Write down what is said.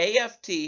AFT